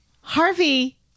Harvey